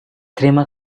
terima